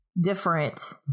different